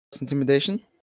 Intimidation